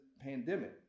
pandemic